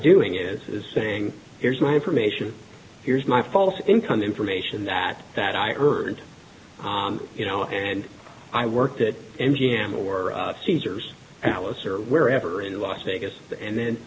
doing is saying here's my information here's my false income information that that i earned you know and i worked at m g m or caesar's palace or wherever in las vegas and then